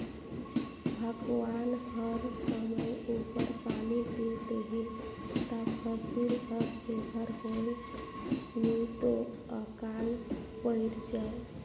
भगवान हर समे उपर पानी दे देहे ता फसिल हर सुग्घर होए नी तो अकाल पइर जाए